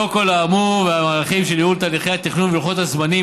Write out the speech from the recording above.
לאור כל האמור והמהלכים של ייעול תהליכי התכנון ולוחות הזמנים,